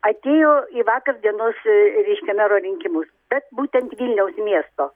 atėjo į vakar dienos reiškia mero rinkimus bet būtent vilniaus miesto